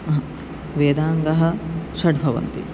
वेदाङ्गानि षट् भवन्ति